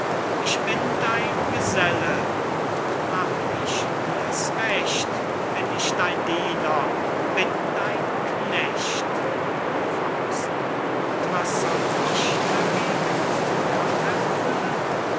ich bin dein geselle und mach ich dir's recht bin ich dein diener bin dein knecht und was soll ich dagegen dir erfüllen